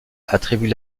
attribuent